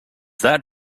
that